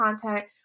content